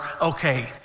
okay